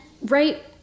right